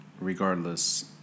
Regardless